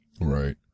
Right